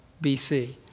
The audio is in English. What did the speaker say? BC